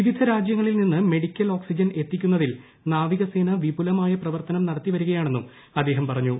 വിവിധ രാജ്യങ്ങളിൽ നിന്ന് മെഡിക്കൽ ഓക്സ്സിജൻ എത്തിക്കുന്നതിൽ നാവികസേന വിപുലമായ പ്രവർത്തിനും നടത്തിവരികയാണെന്നും അദ്ദേഹം പറഞ്ഞു